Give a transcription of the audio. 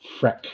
Freck